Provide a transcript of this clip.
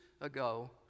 ago